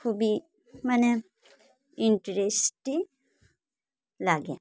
খুবই মানে ইন্টারেস্টিং লাগে